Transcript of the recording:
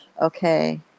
Okay